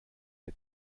der